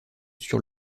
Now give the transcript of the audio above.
sur